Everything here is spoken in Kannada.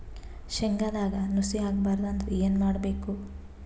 ಶೇಂಗದಾಗ ನುಸಿ ಆಗಬಾರದು ಅಂದ್ರ ಏನು ಮಾಡಬೇಕು?